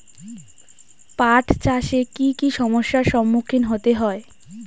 পাঠ চাষে কী কী সমস্যার সম্মুখীন হতে হয়?